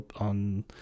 on